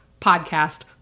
podcast